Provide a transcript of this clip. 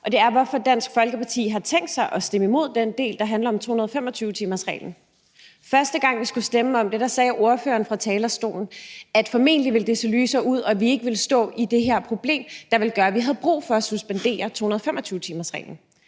og det er, hvorfor Dansk Folkeparti har tænkt sig at stemme imod den del, der handler om 225-timersreglen. Første gang vi skulle stemme om det, sagde ordføreren fra talerstolen, at det formentlig ville se lysere ud, og at vi ikke ville stå med det her problem, der ville gøre, at vi havde brug for at suspendere 225-timersreglen.